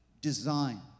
design